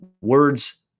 words